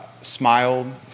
smiled